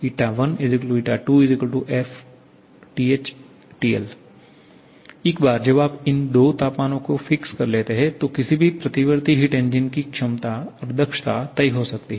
𝜂1 𝜂2 𝑓𝑇H 𝑇L एक बार जब आप इन दो तापमानों को फिक्स कर लेते हैं तो किसी भी प्रतिवर्ती हिट इंजन की दक्षता तय हो जाती है